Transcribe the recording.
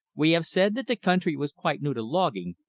we have said that the country was quite new to logging,